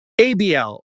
ABL